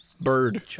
bird